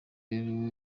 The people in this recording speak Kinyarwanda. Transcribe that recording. rero